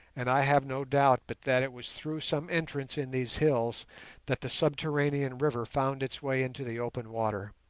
and i have no doubt but that it was through some entrance in these hills that the subterranean river found its way into the open water.